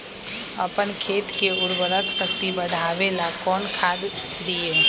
अपन खेत के उर्वरक शक्ति बढावेला कौन खाद दीये?